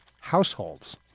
households